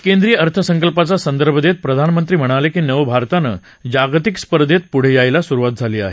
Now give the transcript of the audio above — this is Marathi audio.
केंद्रीय अर्थसंकल्पाचा संदर्भ देत प्रधानमंत्री म्हणाले की नवभारतानं जागतिक स्पर्धेत पुढे जायला सुरुवात झाली आहे